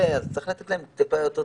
צרך לתת להם טיפה יותר תמרון.